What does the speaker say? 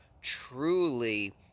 truly